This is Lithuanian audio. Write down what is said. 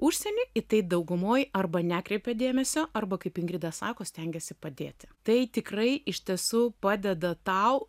užsieny į tai daugumoj arba nekreipė dėmesio arba kaip ingrida sako stengiasi padėti tai tikrai iš tiesų padeda tau